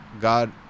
God